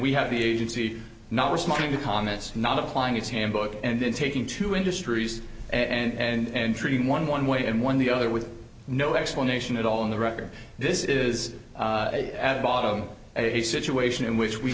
we have the agency not responding to comments not applying its handbook and then taking two industries and treating one one way and one the other with no explanation at all in the record this is at bottom a situation in which we